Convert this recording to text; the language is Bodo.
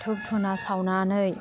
धुब धुना सावनानै